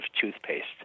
toothpaste